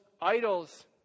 idols